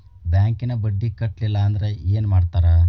ಬ್ಯಾಂಕಿನ ಬಡ್ಡಿ ಕಟ್ಟಲಿಲ್ಲ ಅಂದ್ರೆ ಏನ್ ಮಾಡ್ತಾರ?